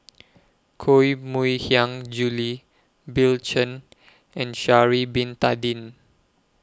Koh Mui Hiang Julie Bill Chen and Sha'Ari Bin Tadin